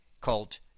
called